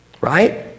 Right